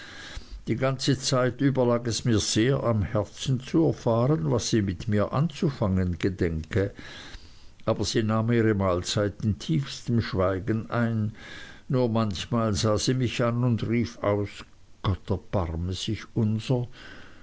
die ganze zeit über lag es mir sehr am herzen zu erfahren was sie mit mir anzufangen gedenke aber sie nahm ihre mahlzeit in tiefstem schweigen ein nur manchmal sah sie mich an und rief aus gott erbarme sich unser